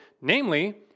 namely